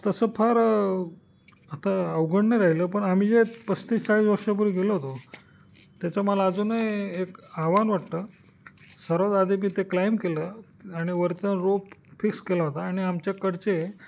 तसं फार आता अवघड नाही राहिलं पण आम्ही जे पस्तीस चाळीस वर्षापूर्वी गेलो होतो त्याचं मला अजूनही एक आव्हान वाटतं सर्वात आधी मी ते क्लाइंब केलं आणि वरतून रोप फिक्स केला होता आणि आमच्याकडचे